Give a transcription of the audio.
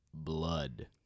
blood